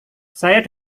saya